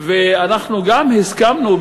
ואנחנו גם הסכמנו,